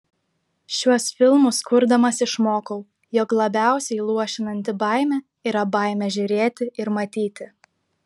šiuos filmus kurdamas išmokau jog labiausiai luošinanti baimė yra baimė žiūrėti ir matyti